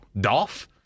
Dolph